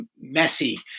messy